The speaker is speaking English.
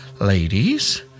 Ladies